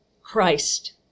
Christ